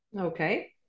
Okay